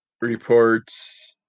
reports